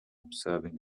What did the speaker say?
observing